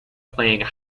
playing